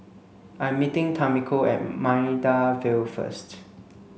I'm meeting Tamiko at Maida Vale first